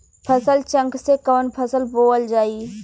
फसल चेकं से कवन फसल बोवल जाई?